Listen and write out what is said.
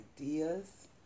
ideas